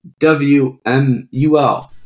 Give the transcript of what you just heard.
WMUL